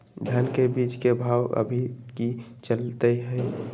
धान के बीज के भाव अभी की चलतई हई?